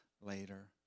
later